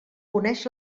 coneix